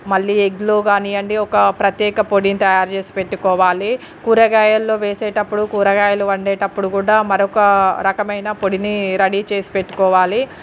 మళ్ళీ ఎగ్లో కానీయ్యండి ఒక ప్రత్యేక పొడిని తయారుచేసి పెట్టుకోవాలి కూరగాయల్లో వేసేటప్పుడు కూరగాయలు వండేటప్పుడు గూడా మరొక రకమైన పొడిని రెడీ చేసి పెట్టుకోవాలి